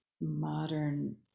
modern